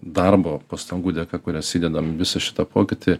darbo pastangų dėka kurias įdedam visą šitą pokytį